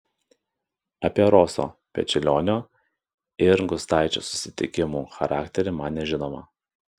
apie roso pečiulionio ir gustaičio susitikimų charakterį man nežinoma